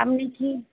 আপনি কি